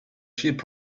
that